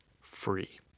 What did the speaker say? free